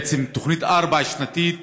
בעצם תוכנית ארבע-שנתית